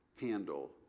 handle